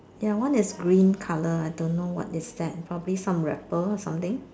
ya that one is green colour I don't know what is that probably some wrapper or something